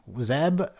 Zeb